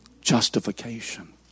justification